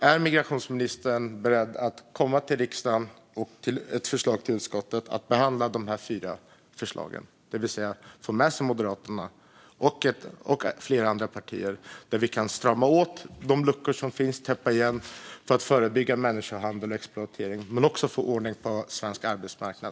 Är migrationsministern beredd att komma till riksdagen med ett förslag till utskottet om att behandla dessa fyra förslag, det vill säga få med sig Moderaterna och flera andra partier i att strama åt detta och täppa igen de luckor som finns för att förebygga människohandel och exploatering men också få ordning på svensk arbetsmarknad?